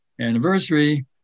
anniversary